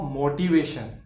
motivation